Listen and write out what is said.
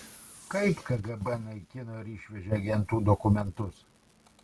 kaip kgb naikino ir išvežė agentų dokumentus